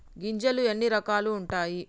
గింజలు ఎన్ని రకాలు ఉంటాయి?